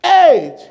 age